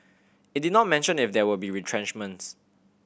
it did not mention if there will be retrenchments